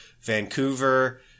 Vancouver